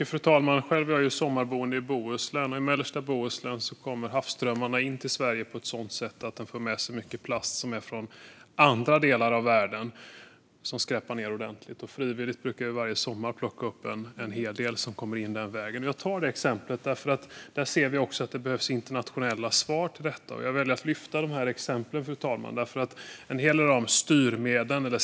Fru talman! Jag är sommarboende i Bohuslän, och i mellersta Bohuslän för havsströmmarna in mycket plast från andra delar av världen som skräpar ned ordentligt. Varje sommar brukar jag frivilligt plocka upp en hel del som kommer in den vägen. Jag tar detta exempel för att det visar att det behövs internationella svar på detta. Fru talman!